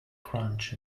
crunch